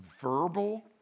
verbal